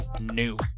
new